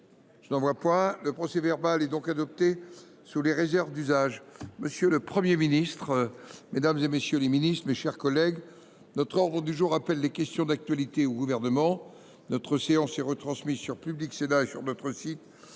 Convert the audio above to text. d’observation ?… Le procès verbal est adopté sous les réserves d’usage. Monsieur le Premier ministre, mesdames, messieurs les ministres, mes chers collègues, l’ordre du jour appelle les réponses à des questions d’actualité au Gouvernement. Notre séance est retransmise en direct sur Public Sénat et sur notre site